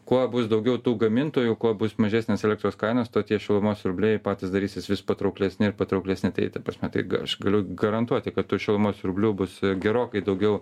kuo bus daugiau tų gamintojų kuo bus mažesnės elektros kainos tuo tie šilumos siurbliai ir patys darysis vis patrauklesni ir patrauklesni tai ta prasme tai aš galiu garantuoti kad tų šilumos siurblių bus gerokai daugiau